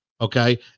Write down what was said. okay